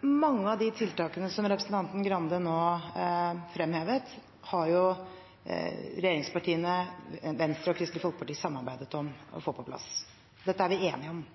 Mange av de tiltakene som representanten Skei Grande nå fremhevet, har regjeringspartiene, Venstre og Kristelig Folkeparti samarbeidet om å få på plass. Dette er vi enige om.